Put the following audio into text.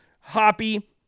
hoppy